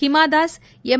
Hima Das M